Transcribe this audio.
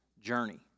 journey